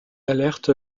alerte